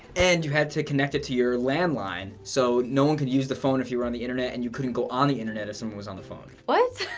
and you had to connect it to your landline, so no one could use the phone if you were on the internet and you couldn't go on the internet if someone was on the phone. what!